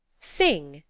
sing,